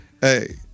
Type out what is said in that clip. hey